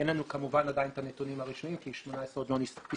אין לנו כמובן עדיין את הנתונים הרשמיים כי שנת 2018 עוד לא הסתיימה.